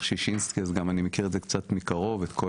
שישינסקי אז אני מכיר את זה קצת מקרוב את כל